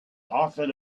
often